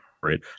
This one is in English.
Right